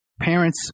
parents